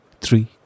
three